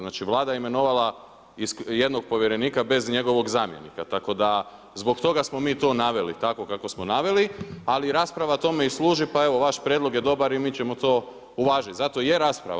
Znači Vlada je imenovala jednog povjerenika bez njegovog zamjenika, tako da zbog toga smo mi to naveli tako kako samo naveli ali rasprava tome i služi pa evo, vaš prijedlog je dobar i mi ćemo to uvažiti, zato i je rasprava.